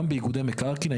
גם באיגודי מקרקעין,